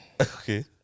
okay